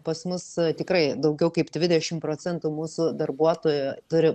pas mus tikrai daugiau kaip dvidešim procentų mūsų darbuotojų turi